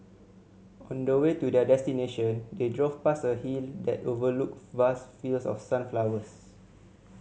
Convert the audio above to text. on the way to their destination they drove past a hill that overlooked vast fields of sunflowers